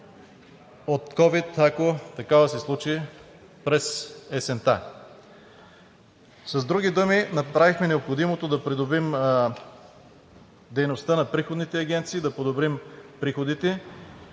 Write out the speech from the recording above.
от ковид, ако такава се случи през есента. С други думи направихме необходимото да подобрим дейността на приходните агенции, да подобрим приходите